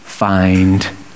find